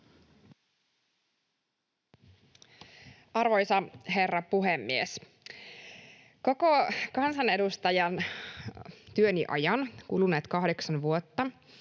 Arvoisa herra puhemies! Koko kansanedustajan työni ajan, kuluneet kahdeksan vuotta,